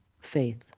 faith